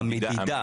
המדידה.